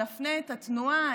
נפנה את התנועה,